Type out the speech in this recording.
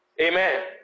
Amen